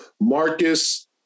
Marcus